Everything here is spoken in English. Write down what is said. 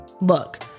Look